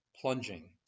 plunging